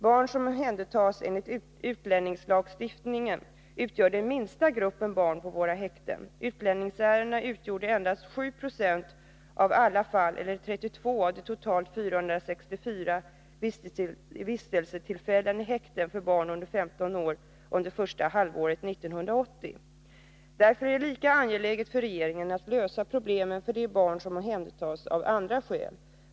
Barn som omhändertas enligt utlänningslagstiftningen utgör den minsta gruppen barn på våra häkten. Utlänningsärendena utgjorde endast 7 96 av alla fall eller 32 av de totalt 464 vistelsetillfällena i häkten för barn under 15 år under första halvåret 1980. Därför är det lika angeläget för regeringen att lösa problemen för de barn som omhändertas av andra skäl.